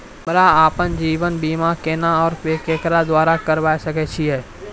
हमरा आपन जीवन बीमा केना और केकरो द्वारा करबै सकै छिये?